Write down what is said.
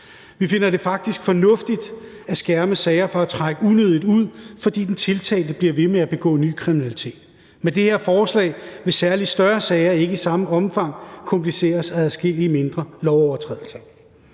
Vi finder det faktisk fornuftigt at skærme sager for at trække unødigt ud, fordi den tiltalte bliver ved med at begå ny kriminalitet. Med det her forslag vil særlig større sager ikke i samme omfang kompliceres af adskillige mindre lovovertrædelser.